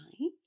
right